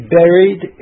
buried